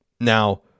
Now